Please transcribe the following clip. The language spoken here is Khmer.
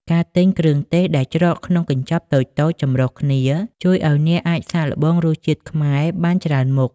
ការទិញគ្រឿងទេសដែលច្រកក្នុងកញ្ចប់តូចៗចម្រុះគ្នា ជួយឱ្យអ្នកអាចសាកល្បងរសជាតិខ្មែរបានច្រើនមុខ។